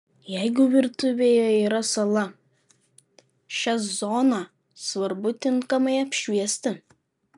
jeigu virtuvėje yra sala šią zoną svarbu tinkamai apšviesti